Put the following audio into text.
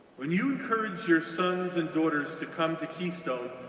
when you encouraged your sons and daughters to come to keystone,